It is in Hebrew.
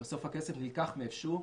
בסוף הכסף נלקח מאיפשהו,